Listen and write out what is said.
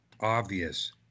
obvious